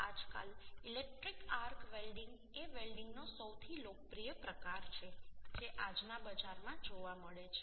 આજકાલ electric arc welding એ વેલ્ડીંગનો સૌથી લોકપ્રિય પ્રકાર છે જે આજના બજારમાં જોવા મળે છે